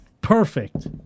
Perfect